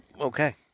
Okay